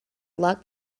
luck